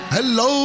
Hello